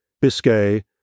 Biscay